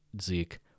Zeke